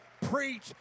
Preach